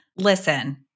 listen